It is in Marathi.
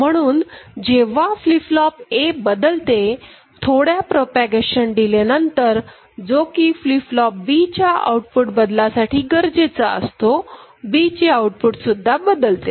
म्हणून जेव्हा फ्लीप फ्लोप A बदलते थोड्या प्रोपागेशन डीले नंतर जो की फ्लीप फ्लोप Bच्या आउटपुट बदलासाठी गरजेचा असतोB चे आउटपुट सुद्धा बदलते